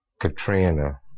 Katrina